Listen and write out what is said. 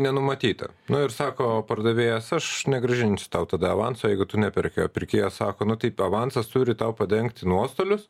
nenumatyta nu ir sako pardavėjas aš negrąžinsiu tau tada avanso jeigu tu neperki o pirkėjas sako nu taip avansas turi tau padengti nuostolius